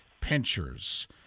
Pinchers